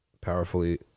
powerfully